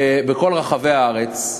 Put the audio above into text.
בכל רחבי הארץ.